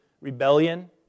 rebellion